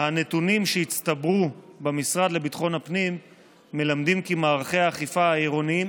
הנתונים שהצטברו במשרד לביטחון הפנים מלמדים כי מערכי האכיפה העירוניים